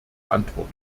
antwort